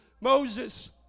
Moses